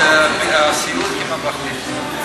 את הסיעוד, עם התוכנית.